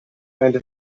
and